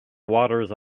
waters